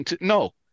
No